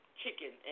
chicken